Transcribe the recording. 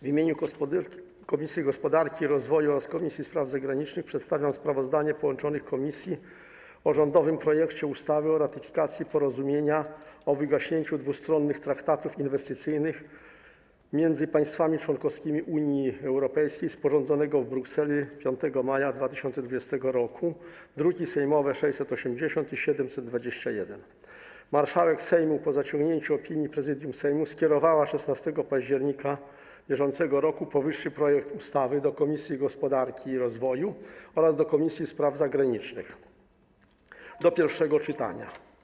W imieniu Komisji Gospodarki i Rozwoju oraz Komisji Spraw Zagranicznych przedstawiam sprawozdanie połączonych komisji o rządowym projekcie ustawy o ratyfikacji Porozumienia o wygaśnięciu dwustronnych traktatów inwestycyjnych między państwami członkowskimi Unii Europejskiej, sporządzonego w Brukseli dnia 5 maja 2020 r., druki sejmowe nr 680 i 721. Marszałek Sejmu, po zasięgnięciu opinii Prezydium Sejmu, skierowała 16 października br. powyższy projekt ustawy do Komisji Gospodarki i Rozwoju oraz Komisji Spraw Zagranicznych do pierwszego czytania.